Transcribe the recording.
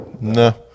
No